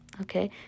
okay